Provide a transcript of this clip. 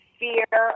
fear